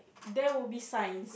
there will be signs